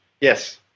Yes